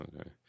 Okay